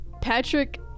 Patrick